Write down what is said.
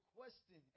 question